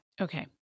Okay